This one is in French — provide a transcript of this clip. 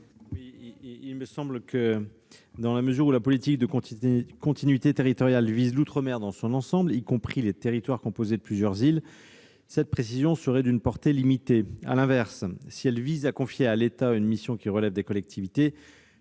commission ? Dans la mesure où la politique de continuité territoriale vise l'outre-mer dans son ensemble, y compris les territoires composés de plusieurs îles, cette précision serait d'une portée limitée. À l'inverse, si elle vise à confier à l'État une mission relevant des collectivités,